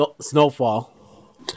Snowfall